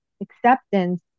acceptance